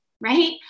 right